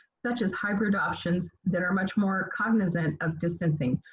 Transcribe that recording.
such as hybrid options that are much more cognizant of distancing.